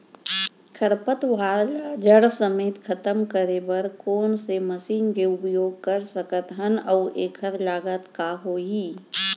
खरपतवार ला जड़ समेत खतम करे बर कोन से मशीन के उपयोग कर सकत हन अऊ एखर लागत का होही?